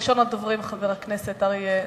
ראשון הדוברים, חבר הכנסת אריה ביבי,